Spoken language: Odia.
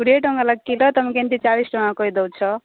କୋଡ଼ିଏ ଟଙ୍କା ତମେ କେମିତି ଚାଳିଶ ଟଙ୍କା କହିଦେଉଛ